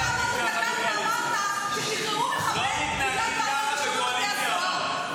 אתה הרגע אמרת ששחררו מחבל --- שזה שקר גמור,